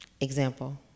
Example